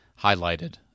highlighted